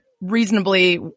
reasonably